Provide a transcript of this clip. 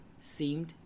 seemed